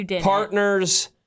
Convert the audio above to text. partner's